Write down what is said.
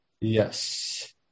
Yes